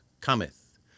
cometh